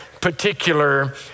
particular